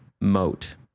moat